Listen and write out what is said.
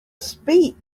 speak